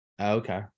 Okay